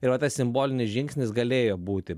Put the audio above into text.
ir va tas simbolinis žingsnis galėjo būti